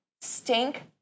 stink